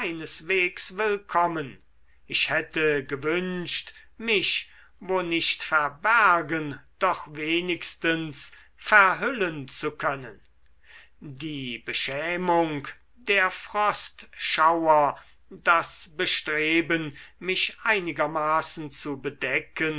keineswegs willkommen ich hätte gewünscht mich wo nicht verbergen doch wenigstens verhüllen zu können die beschämung der frostschauer das bestreben mich einigermaßen zu bedecken